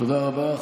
תודה רבה.